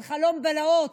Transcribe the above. זה חלום בלהות.